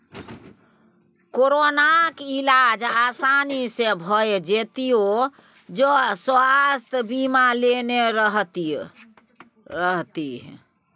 कोरोनाक इलाज आसानी सँ भए जेतियौ जँ स्वास्थय बीमा लेने रहतीह